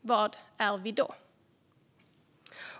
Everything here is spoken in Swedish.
vad är vi då?